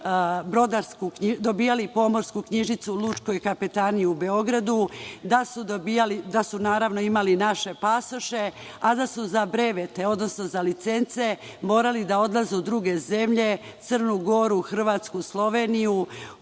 dobijali pomorsku knjižicu u Lučkoj kapetaniji u Beogradu, da su imali naše pasoše, a da su za brevete odnosno za licence morali da odlaze u druge zemlje, Crnu Goru, Hrvatsku, Sloveniju,